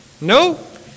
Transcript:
No